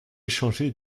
échanger